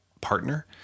partner